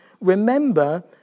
remember